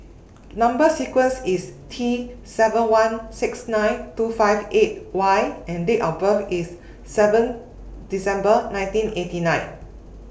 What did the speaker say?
Number sequence IS T seven one six nine two five eight Y and Date of birth IS seven December nineteen eighty nine